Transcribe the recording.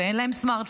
ואין להם סמארטפונים,